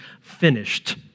finished